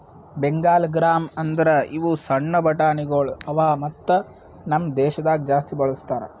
Bengal gram ಅಂದುರ್ ಇವು ಸಣ್ಣ ಬಟಾಣಿಗೊಳ್ ಅವಾ ಮತ್ತ ನಮ್ ದೇಶದಾಗ್ ಜಾಸ್ತಿ ಬಳ್ಸತಾರ್